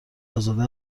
ازاده